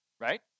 right